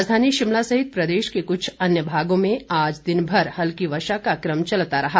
राजधानी शिमला सहित प्रदेश के कुछ अन्य भागों में आज दिनभर हल्की वर्षा का क्रम चलता रहा